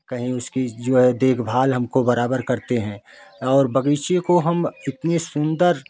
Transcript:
कहीं उसकी जो है देखभाल हमको बराबर करते हैं और बगीचे को हम इतने सुंदर